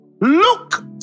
Look